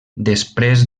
després